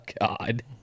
God